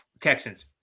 Texans